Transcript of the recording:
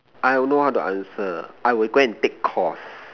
I will know how to answer I will go and take course